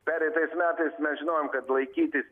pereitais metais mes žinojom kad laikytis